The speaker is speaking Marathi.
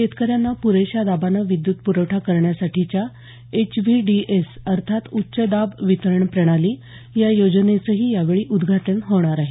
शेतकऱ्यांना प्रेशा दाबानं विद्यत प्रवठा करण्यासाठीच्या एचव्हीडीएस अर्थात उच्चदाब वितरण प्रणाली या योजनेचंही यावेळी उद्घाटन होणार आहे